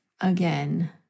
again